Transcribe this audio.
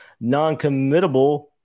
non-committable